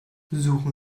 suchen